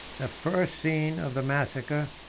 the first scene of the massacre,